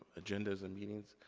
agendas and meetings,